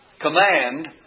command